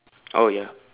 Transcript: oh ya